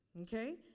okay